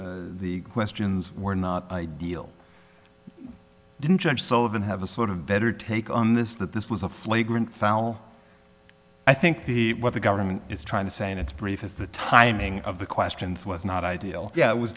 the questions were not ideal didn't judge sovan have a sort of better take on this that this was a flagrant foul i think the what the government is trying to say in its brief is the timing of the questions was not ideal yeah it was